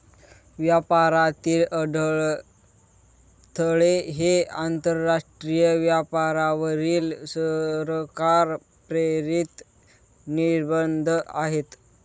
व्यापारातील अडथळे हे आंतरराष्ट्रीय व्यापारावरील सरकार प्रेरित निर्बंध आहेत